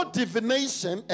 divination